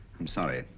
i'm sorry.